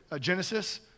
Genesis